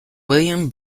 william